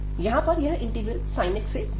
यहां पर यह इंटीग्रल sinx से बड़ा है